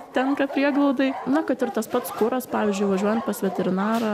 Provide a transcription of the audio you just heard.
tenka prieglaudai na kad ir tas pats kuras pavyzdžiui važiuojant pas veterinarą